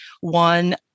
one